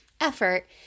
effort